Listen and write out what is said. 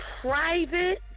private